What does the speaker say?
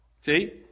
See